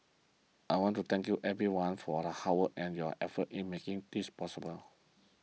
I want to thank you everyone for the hard work and your effort in making this possible